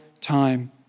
time